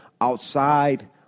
outside